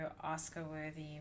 Oscar-worthy